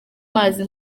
mazi